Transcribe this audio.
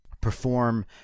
perform